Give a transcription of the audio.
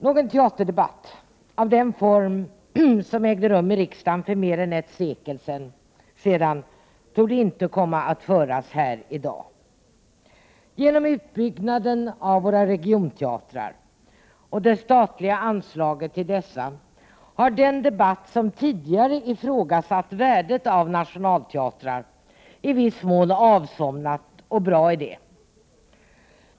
Någon teaterdebatt av den form som ägde rum för mer än ett sekel sedan torde inte komma att föras här i dag. Genom utbyggnaden av våra regionteatrar och det statliga anslaget till dessa har den debatt som tidigare ifrågasatt värdet av nationalteatrar i viss mån avsomnat, och bra är det.